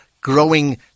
Growing